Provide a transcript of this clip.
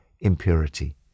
impurity